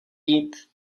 jít